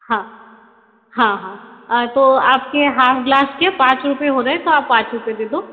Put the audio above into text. हाँ हाँ हाँ तो आपके हाफ़ ग्लास के पाँच रूपये हो रहे तो आप पाँच रूपये दे दो